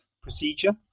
procedure